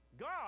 God